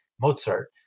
Mozart